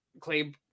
Clay